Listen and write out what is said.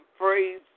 praise